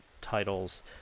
titles